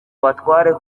abatware